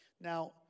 Now